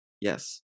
Yes